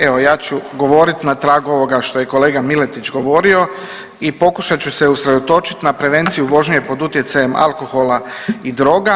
Evo ja ću govoriti na tragu ovoga što je kolega Miletić govorio i pokušat ću se usredotočiti na prevenciju vožnje i pod utjecajem alkohola i droga.